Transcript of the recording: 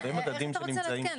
כן, איך אתה רוצה לעדכן?